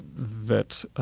that, ah,